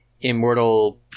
immortal